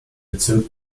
bezirk